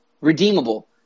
redeemable